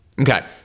Okay